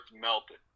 melted